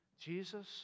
Jesus